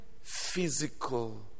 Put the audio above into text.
physical